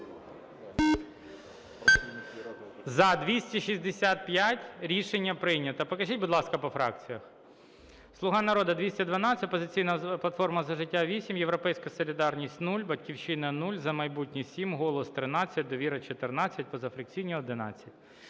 За-265 Рішення прийнято. Покажіть, будь ласка, по фракціях. "Слуга народу" – 212, "Опозиційна платформа – За життя" – 8, "Європейська солідарність" – 0, "Батьківщина" – 0, "За майбутнє" -7, "Голос" – 13, "Довіра" – 14, позафракційні -11.